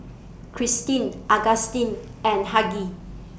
Kristen Augustin and Hughie